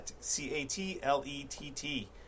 C-A-T-L-E-T-T